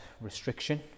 restriction